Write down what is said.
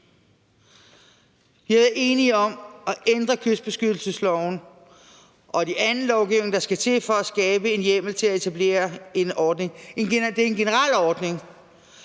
været enige om at ændre kystbeskyttelsesloven og den anden lovgivning, der skal til for at skabe en hjemmel til at etablere en ordning.